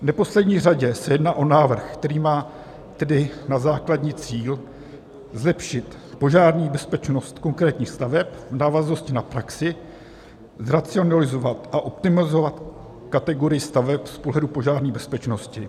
V neposlední řadě se jedná o návrh, který má za základní cíl zlepšit požární bezpečnost konkrétních staveb v návaznosti na praxi, zracionalizovat a optimalizovat kategorii staveb z pohledu požární bezpečnosti.